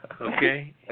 okay